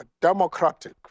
democratic